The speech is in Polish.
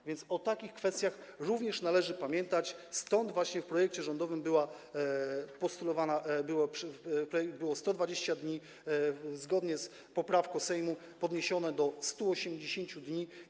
A więc o takich kwestiach również należy pamiętać, stąd właśnie w projekcie rządowym było postulowane 120 dni, a zgodnie z poprawką Sejmu wydłużono to do 180 dni.